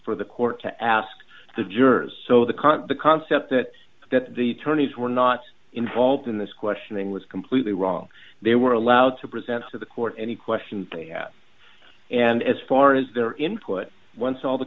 for the court to ask the jurors so the comp the concept that that the tourney's were not involved in this questioning was completely wrong they were allowed to present to the court any questions they had and as far as their input once all the